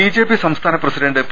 BJP സംസ്ഥാന president P